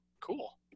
cool